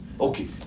Okay